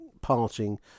parting